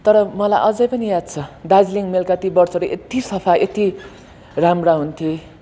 तर मलाई अझै पनि याद छ दार्जिलिङ मेलका ति बर्थहरू यत्ति सफा यत्ति राम्रा हुन्थे